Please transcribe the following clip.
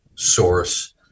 source